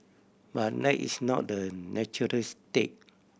but that is not the natural state